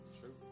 True